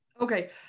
okay